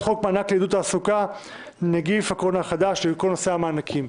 חוק מענק לעידוד תעסוקה (נגיף קורונה החדש) כל נושא המענקים.